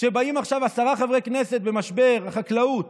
כשבאים עכשיו עשרה חברי כנסת במשבר החקלאות